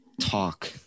talk